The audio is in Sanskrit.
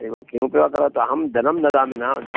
एव किमपि वा करोतु अहं धनं ददामि न द